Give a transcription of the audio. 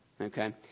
Okay